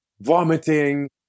vomiting